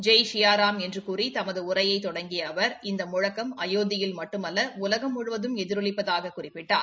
ஜெய் ஷியா ராம் என்று கூறி தமது உரையை தொடங்கிய அவர் இந்த முழக்கம் அயோத்தில் மட்டுமல்ல உலகம் முழுவதும் எதிரொலிப்பதாகக் குறிப்பிட்டார்